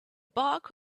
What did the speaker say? bark